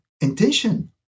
intention